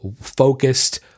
focused